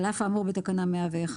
על אף האמור בתקנה 101,